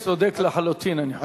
אדוני צודק לחלוטין, אני חושב.